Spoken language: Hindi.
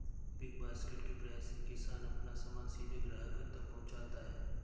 बिग बास्केट के प्रयास से किसान अपना सामान सीधे ग्राहक तक पहुंचाता है